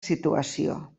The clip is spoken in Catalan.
situació